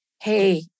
hey